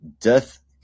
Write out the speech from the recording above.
Death